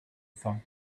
thought